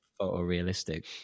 photorealistic